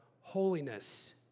holiness